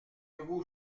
vous